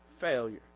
failure